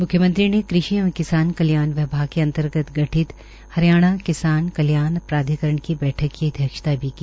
मुख्यमंत्री ने कृषि एवं किसान कल्याण विभाग के अंतर्गत गठित हरियाणा किसान कल्याण प्राधिकरण की बैठक की अध्यक्षता भी की